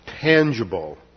tangible